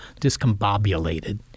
discombobulated